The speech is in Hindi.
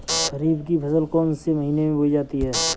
खरीफ की फसल कौन से महीने में बोई जाती है?